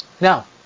now